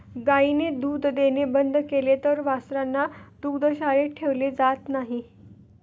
गायीने दूध देणे बंद केले तर वासरांना दुग्धशाळेत ठेवले जात नाही